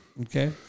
Okay